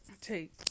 take